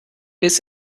biss